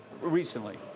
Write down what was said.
recently